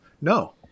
No